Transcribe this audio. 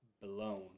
blown